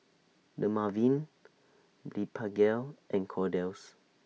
Dermaveen Blephagel and Kordel's